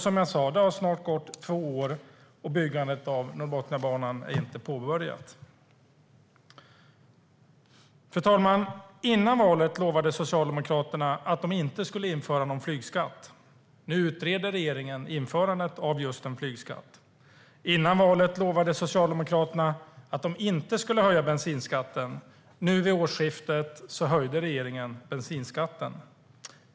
Som jag sa har det nu snart gått två år, och byggandet av Norrbotniabanan är inte påbörjat. Fru talman! Före valet lovade Socialdemokraterna att de inte skulle införa en flygskatt. Nu utreder regeringen införandet av en flygskatt. Före valet lovade Socialdemokraterna att de inte skulle höja bensinskatten. Vid årsskiftet höjde man bensinskatten.